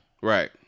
right